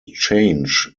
change